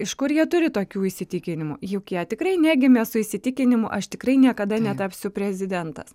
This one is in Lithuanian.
iš kur jie turi tokių įsitikinimų juk jie tikrai negimė su įsitikinimu aš tikrai niekada netapsiu prezidentas